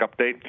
update